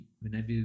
whenever